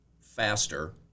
faster